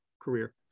career